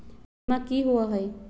बीमा की होअ हई?